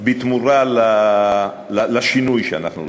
בתמורה לשינוי שאנחנו עושים,